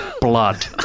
Blood